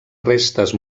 restes